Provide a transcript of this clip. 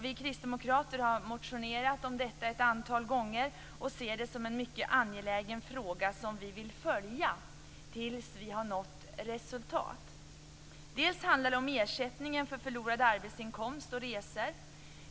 Vi kristdemokrater har motionerat om detta ett antal gånger och ser det som en mycket angelägen fråga som vi vill följa tills vi nått resultat. Det handlar delvis om ersättningen för förlorad arbetsinkomst och resor.